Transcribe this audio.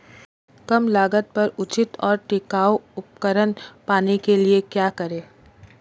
कम लागत पर उचित और टिकाऊ उपकरण पाने के लिए क्या करें?